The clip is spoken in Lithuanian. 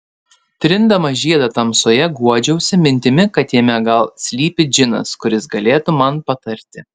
trindama žiedą tamsoje guodžiausi mintimi kad jame gal slypi džinas kuris galėtų man patarti